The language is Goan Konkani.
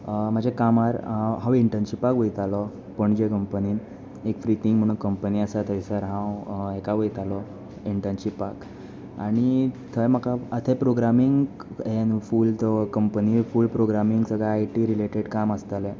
म्हाजे कामार हांव इंटनशिपाक वयतालो पणजे कंपनीन एक फ्रितींग म्हुणू कंपनी आसा थंयसर हांव हेका वयतालो इंटनशिपाक आनी थंय म्हाका आतां प्रोग्रामींग हें न्हू फूल तो कंपनी फूल प्रोग्रामींग सगळें आयटी रिलेटेड काम आसतालें